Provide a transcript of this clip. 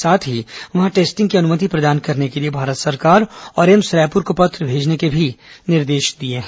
साथ ही वहां टेस्टिंग की अनुमति प्रदान करने के लिए भारत सरकार और एम्स रायपुर को पत्र भेजने के भी निर्देश दिए हैं